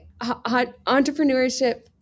entrepreneurship